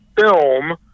film